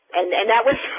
and and that was